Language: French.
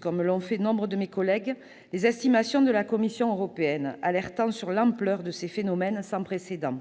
comme l'ont déjà fait nombre de mes collègues, les estimations de la Commission européenne, alertant sur l'ampleur de ces phénomènes sans précédent